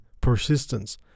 persistence